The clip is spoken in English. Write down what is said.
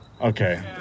Okay